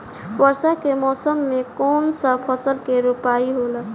वर्षा के मौसम में कौन सा फसल के रोपाई होला?